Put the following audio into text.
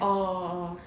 orh orh orh